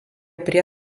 prie